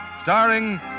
Starring